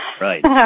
Right